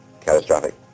catastrophic